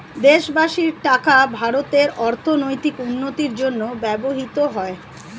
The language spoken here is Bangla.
দেশবাসীর টাকা ভারতের অর্থনৈতিক উন্নতির জন্য ব্যবহৃত হয়